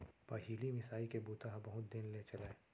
पहिली मिसाई के बूता ह बहुत दिन ले चलय